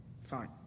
Fine